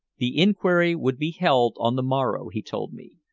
the inquiry would be held on the morrow, he told me,